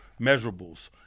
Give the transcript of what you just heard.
measurables